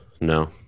no